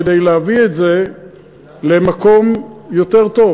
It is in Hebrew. כדי להביא את זה למקום יותר טוב.